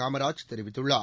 காமராஜ் தெரிவித்துள்ளார்